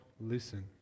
listen